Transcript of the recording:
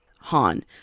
Han